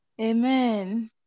Amen